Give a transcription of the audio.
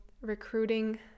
recruiting